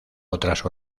otras